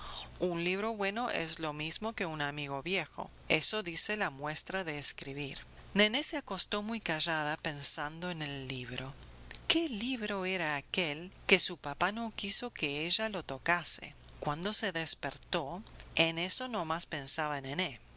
un libro bueno es lo mismo que un amigo viejo eso dice la muestra de escribir nené se acostó muy callada pensando en el libro qué libro era aquél que su papá no quiso que ella lo tocase cuando se despertó en eso no más pensaba nené